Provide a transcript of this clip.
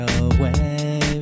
away